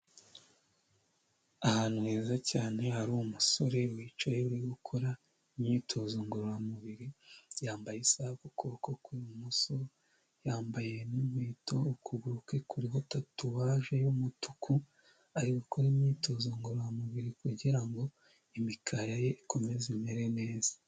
Ahantu heza cyane hari umusore wicaye uri gukora imyitozo ngororamubiri yambaye isaha ku ukuboko kw'ibumoso yambaye n'inkweto ukuguru kwe kuriho tatuwaje y'umutuku, ari gukora imyitozo ngororamubiri kugira ngo imikaya ye ikomeze imere neza.